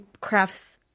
crafts